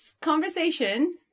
conversation